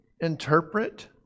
interpret